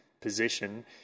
position